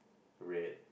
red